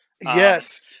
Yes